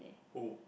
who